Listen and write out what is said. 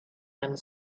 and